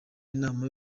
inama